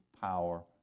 power